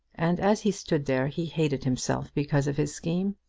and as he stood there he hated himself because of his scheme.